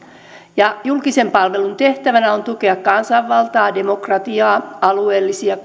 julkisen palvelun tehtävänä on tukea kansanvaltaa demokratiaa alueellisia